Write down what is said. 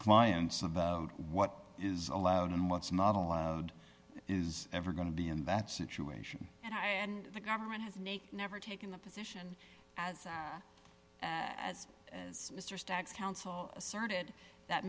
clients about what is allowed and what's not allowed is ever going to be in that situation and i and the government has never taken the position as as mr stocks counsel asserted that